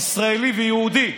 ישראלי ויהודי,